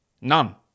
None